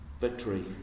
victory